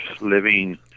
living